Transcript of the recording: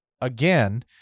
again